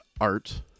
art